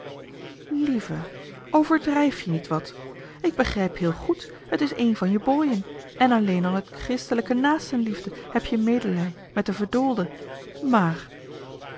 lieve overdrijf je niet wat ik begrijp heel goed het is een van je bojen en alleen al uit christelijke naastenliefde heb je medelij met de verdoolde maer